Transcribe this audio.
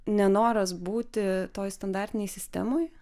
nenoras būti toj standartinėj sistemoj